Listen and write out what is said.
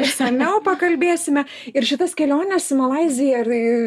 išsamiau pakalbėsime ir šitas keliones į malaiziją ir